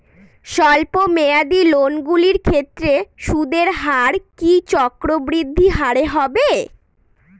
স্বল্প মেয়াদী লোনগুলির ক্ষেত্রে সুদের হার কি চক্রবৃদ্ধি হারে হবে?